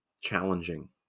challenging